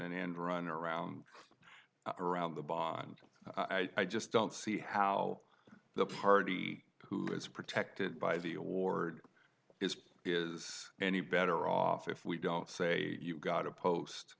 end run around around the bond i just don't see how the party who is protected by the award is any better off if we don't say you've got to post